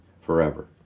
forever